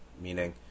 meaning